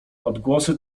odgłosy